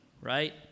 right